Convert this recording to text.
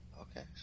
Okay